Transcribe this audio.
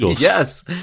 Yes